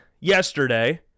yesterday